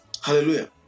Hallelujah